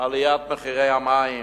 עליית מחירי המים,